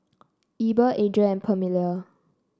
Eber Adrien and Permelia